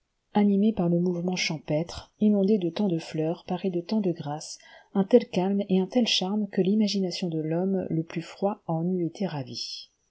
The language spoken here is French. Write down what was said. animée par le mouvement champêtre inondée de tant de fleurs parée de tant de grâce un tel calme et un tel charme que l'imagination de l'homme le l lus froid en eût été ravie